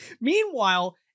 Meanwhile